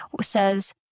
says